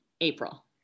April